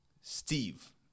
Steve